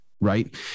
right